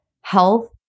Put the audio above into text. health